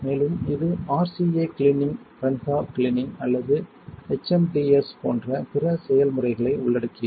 மேலும் இது RCA cleaning piranha cleaning அல்லது எச்எம்டிஎஸ் போன்ற பிற செயல்முறைகளை உள்ளடக்கியது